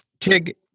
Tig